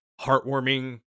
heartwarming